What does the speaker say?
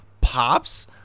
pops